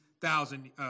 thousand